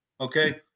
Okay